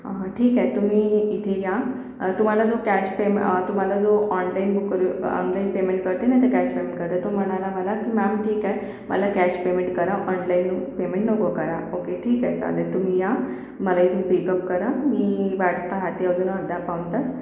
ठीक आहे तुम्ही इथे या तुम्हाला जो कॅश पेमेंट तुम्हाला जो ऑनलाइन बुक ऑनलाइन पेमेंट करते नाही तर कॅश पेमेंट करते तो म्हणाला मला की मॅम ठीक आहे मला कॅश पेमेंट करा ऑनलाइन पेमेंट नको करा ओके ठीके चालेल तुम्ही या मला इथून पिकप करा मी वाट पाहते अजून अर्धा पाऊण तास